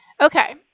Okay